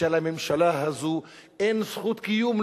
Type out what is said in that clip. שלממשלה הזאת אין זכות קיום,